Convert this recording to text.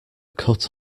cut